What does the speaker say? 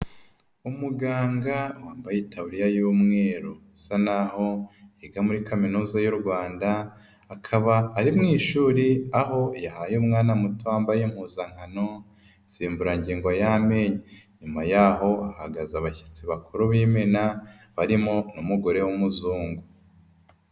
Umuganga wambaye itaburiya y'umweru, usa naho yiga muri Kaminuza y'u Rwanda, akaba ari mu ishuri aho yahaye umwana muto wambaye impuzankano, insimburangingo y'amenyo, nyuma yaho hahagaze abashyitsi bakuru b'imena, barimo umugore w'umuzungu.